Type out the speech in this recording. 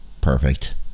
perfect